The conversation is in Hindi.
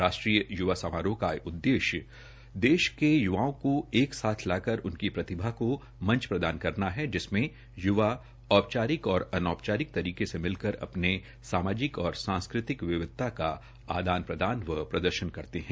राष्ट्रीय य्वा समारोह का उद्देश्य देश के य्वाओं को एक साथ लाकर उनीक प्रतिभा को मंच प्रदान करना है जिसमें यूवा औपचारिक और अनौपचारिक तरीके से मिलकर अपनी सामाजिक और सांस्कृतिक विविधता को आदान प्रदान व प्रदर्शन करते है